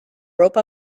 rope